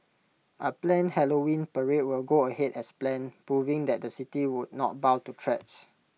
A planned Halloween parade will go ahead as planned proving that the city would not bow to threats